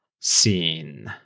scene